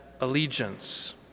allegiance